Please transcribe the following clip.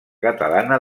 catalana